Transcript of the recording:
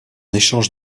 échange